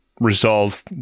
resolve